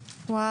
א',